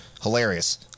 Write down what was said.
Hilarious